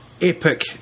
epic